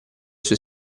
sue